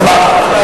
אשמח.